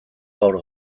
gaur